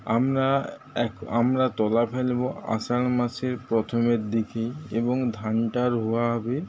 আমরা এক আমরা তলা ফেলব আষাঢ় মাসের প্রথমের দিকেই এবং ধানটা রোয়া হবে